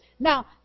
Now